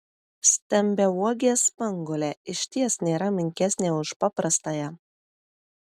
stambiauogė spanguolė išties nėra menkesnė už paprastąją